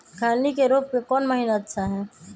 खैनी के रोप के कौन महीना अच्छा है?